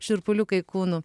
šiurpuliukai kūnu